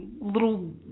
little